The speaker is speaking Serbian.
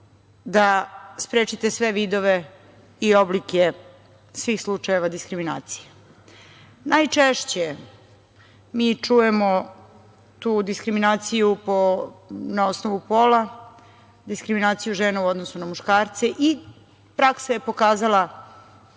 da sprečite sve vidove i oblike svih slučajeva diskriminacije. Najčešće mi čujemo tu diskriminaciju na osnovu pola, diskriminaciju žena u odnosu na muškarce i, praksa je pokazala